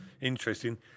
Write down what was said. interesting